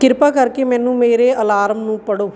ਕਿਰਪਾ ਕਰਕੇ ਮੈਨੂੰ ਮੇਰੇ ਅਲਾਰਮ ਨੂੰ ਪੜ੍ਹੋ